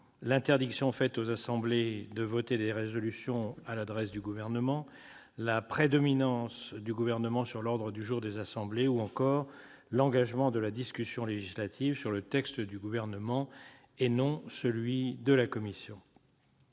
l'interdiction faite aux assemblées de voter des résolutions à l'adresse du Gouvernement, la prédominance du Gouvernement sur l'ordre du jour des assemblées ou encore l'engagement de la discussion législative sur le texte du Gouvernement et non sur celui de la commission.